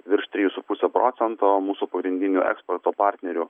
virš trijų su puse procento o mūsų pagrindinių eksporto partnerių